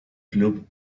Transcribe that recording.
club